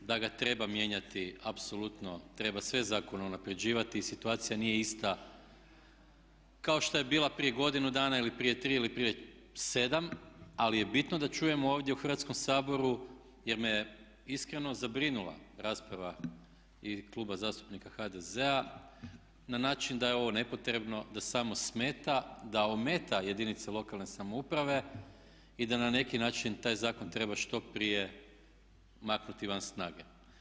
Da ga treba mijenjati apsolutno treba sve zakone unaprjeđivati, situacija nije ista kao što je bila prije godinu dana ili prije 3 ili prije 7 ali je bitno da čujemo ovdje u Hrvatskom saboru jer me iskreno zabrinula rasprava Kluba zastupnika HDZ-a na način da je ovo nepotrebno, da samo smeta, da ometa jedinice lokalne samouprave i da na neki način taj zakon treba što prije maknuti van snage.